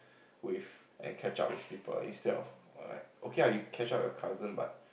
with and catch up with people instead of err like okay lah you catch up with your cousin but